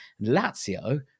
Lazio